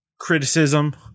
Criticism